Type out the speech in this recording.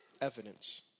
evidence